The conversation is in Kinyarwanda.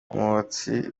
umwotsi